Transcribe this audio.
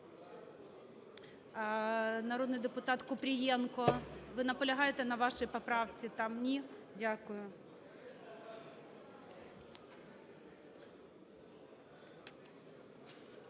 Народний депутатКупрієнко, ви наполягаєте на вашій поправці там? Ні? Дякую.